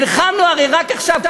נלחמנו הרי רק עכשיו,